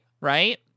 right